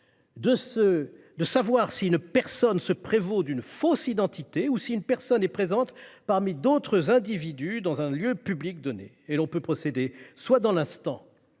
de savoir si une personne se prévaut d'une fausse identité ou si une personne est présente parmi d'autres individus dans un lieu public donné. Et l'on peut procéder soit dans l'instant